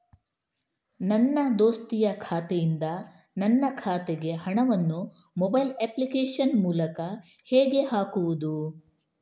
ನನ್ನ ದೋಸ್ತಿಯ ಖಾತೆಯಿಂದ ನನ್ನ ಖಾತೆಗೆ ಹಣವನ್ನು ಮೊಬೈಲ್ ಅಪ್ಲಿಕೇಶನ್ ಮೂಲಕ ಹೇಗೆ ಹಾಕುವುದು?